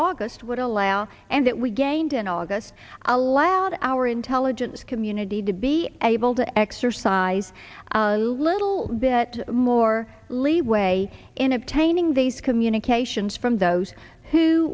august would allow and that we gained in august allowed our intelligence community to be able to exercise a little bit more leeway in obtaining these communications from those who